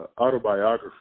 autobiography